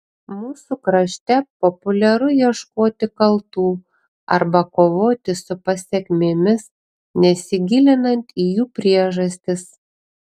mūsų krašte populiaru ieškoti kaltų arba kovoti su pasekmėmis nesigilinant į jų priežastis